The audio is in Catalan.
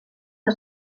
que